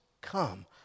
come